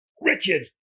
Richard